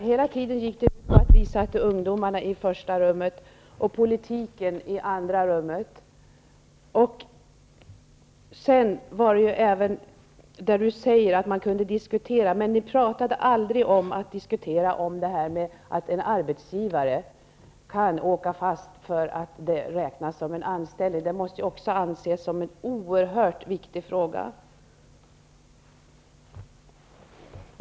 Hela tiden gick det ut på att sätta ungdomarna i första rummet och politiken i andra rummet. Johnny Ahlqvist säger att man kunde diskutera. Men vi diskuterade aldrig det fall att en arbetsgivare kan åka fast om en ungdom räknas som anställd. Detta måste anses vara en oerhört viktig fråga.